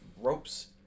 ropes